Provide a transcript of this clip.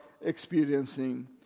experiencing